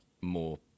more